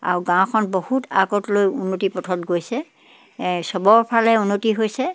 আৰু গাঁওখন বহুত আগতলৈ উন্নতিৰ পথত গৈছে সবৰ ফালে উন্নতি হৈছে